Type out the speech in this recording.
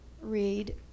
read